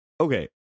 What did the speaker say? okay